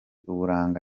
uburanga